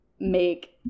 make